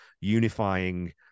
unifying